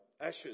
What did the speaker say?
ashes